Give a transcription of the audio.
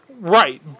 Right